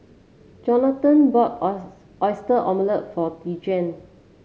Jonathan bought oys Oyster Omelette for Dejuan